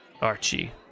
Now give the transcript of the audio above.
Archie